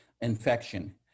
infection